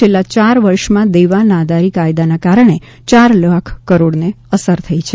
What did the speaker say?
છેલ્લા ચાર વર્ષમાં દેવાં નાદારી કાયદાના કારણે ચાર લાખ કરોડને અસર થઇ છે